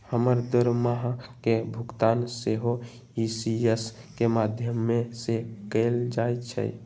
हमर दरमाहा के भुगतान सेहो इ.सी.एस के माध्यमें से कएल जाइ छइ